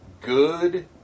good